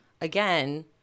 again